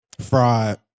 Fraud